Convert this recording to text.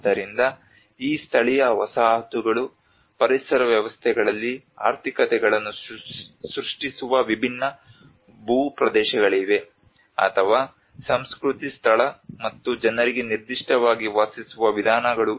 ಆದ್ದರಿಂದ ಈ ಸ್ಥಳೀಯ ವಸಾಹತುಗಳು ಪರಿಸರ ವ್ಯವಸ್ಥೆಗಳಲ್ಲಿ ಆರ್ಥಿಕತೆಗಳನ್ನು ಸೃಷ್ಟಿಸುವ ವಿಭಿನ್ನ ಭೂಪ್ರದೇಶಗಳಲ್ಲಿವೆ ಅಥವಾ ಸಂಸ್ಕೃತಿ ಸ್ಥಳ ಮತ್ತು ಜನರಿಗೆ ನಿರ್ದಿಷ್ಟವಾಗಿ ವಾಸಿಸುವ ವಿಧಾನಗಳು